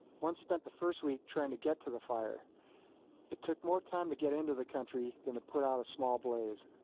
once spent the first week trying to get to the fire it took more time to get into the country than to put out a small blaze